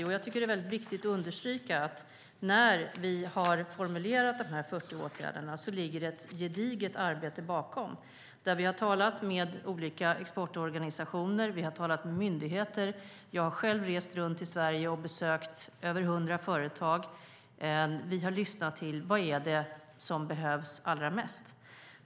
Jo, det är viktigt att understryka att det ligger ett gediget arbete bakom de 40 åtgärderna. Vi har talat med olika exportorganisationer och myndigheter. Jag har själv rest runt i Sverige och besökt över hundra företag. Vi har lyssnat till vad som behövs mest.